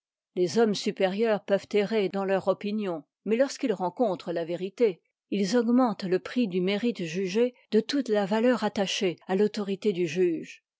les hommes supérieurs peuvent errer dans leur opi nion mais lorsqu'ils rencontrent la vérité ils augmentent le prix du mérite jugé dfe tonte la valeur attachée à l'autorité du juge